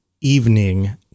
evening